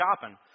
shopping